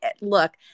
Look